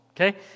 Okay